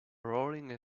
rolling